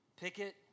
picket